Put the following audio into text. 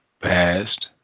past